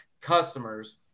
customers